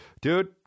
Dude